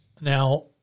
Now